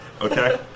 Okay